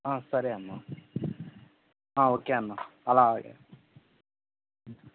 సరే అన్నా ఓకే అన్నా అలాగే